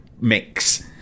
mix